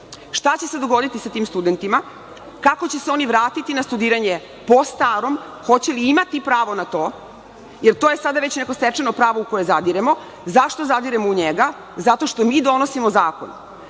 šta će se dogoditi sa tim studentima? Kako će se oni vratiti na studiranje po starom, hoće li imati pravo na to? Jer to je sada već neko stečeno pravo u koje zadiremo. Zašto zadiremo u njega? Zato što mi donosimo zakon.